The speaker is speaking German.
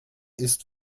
ist